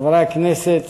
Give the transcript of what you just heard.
חברי הכנסת,